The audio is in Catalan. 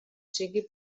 sigui